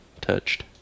touched